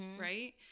right